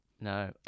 No